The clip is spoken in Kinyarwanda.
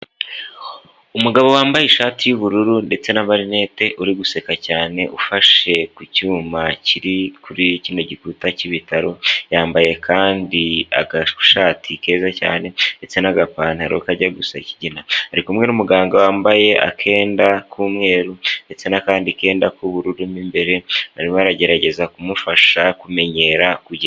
Umugabo wambaye ishati y'ubururu ndetse n'amarinete uri guseka cyane ufashe ku cyuma kiri kuri kino gikuta cy'ibitaro, yambaye kandi agashati keza cyane ndetse n'agapantaro kajya gu gusa ikigina, ari kumwe n'umuganga wambaye akenda k'umweru ndetse n'akandi kenda k'ubururu mu imbere arimo aragerageza kumufasha kumenyera kuge...